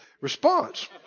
response